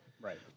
right